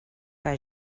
que